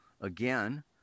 again